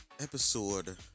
episode